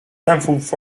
danforth